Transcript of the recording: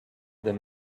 that